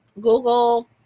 Google